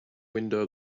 window